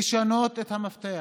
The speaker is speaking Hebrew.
לשנות את המפתח.